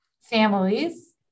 families